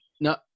no